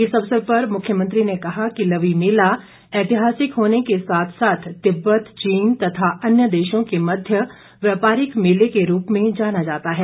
इस अवसर पर मुख्यमंत्री ने कहा कि लवी मेला ऐतिहासिक होने के साथ साथ तिब्बत चीन तथा अन्य देशों के मध्य व्यापारिक मेले के रूप में जाना जाता है